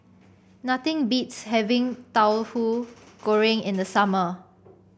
nothing beats having Tahu Goreng in the summer